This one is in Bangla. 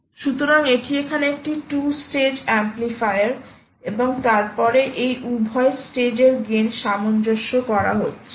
সুতরাং এটি এখানে একটি টু স্টেজ এমপ্লিফায়ার এবং তারপরে এই উভয় স্টেজ এর গেন সামঞ্জস্য করা হচ্ছে